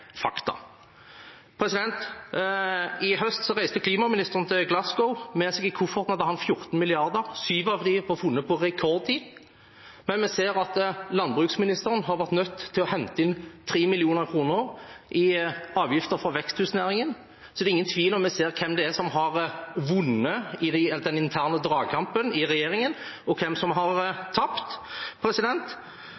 fakta. I høst reiste klimaministeren til Glasgow. Med seg i kofferten hadde han 14 mrd. kr – syv av dem var funnet på rekordtid. Samtidig ser vi at landbruksministeren har vært nødt til å hente inn 3 mill. kr i avgifter fra veksthusnæringen. Det er ingen tvil om hvem som har vunnet den interne dragkampen i regjeringen, og hvem som har